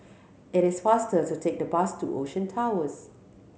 it is faster to take the bus to Ocean Towers